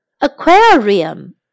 Aquarium